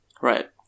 Right